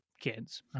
kids